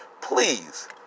Please